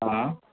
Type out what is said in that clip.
હા